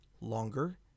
longer